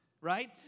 right